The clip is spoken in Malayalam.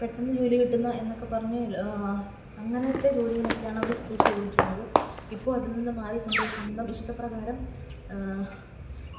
പെട്ടെന്നു ജോലി കിട്ടുന്ന എന്നൊക്കെ പറഞ്ഞ് അങ്ങനെത്തെ ജോലികളൊക്കെയാണ് അവര് ചൂസ് ചെയ്തുകൊണ്ടിരുന്നത് ഇപ്പോള് അതിൽ നിന്ന് മാറിയിട്ടുണ്ട് സ്വന്തം ഇഷ്ടപ്രകാരം